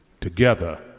together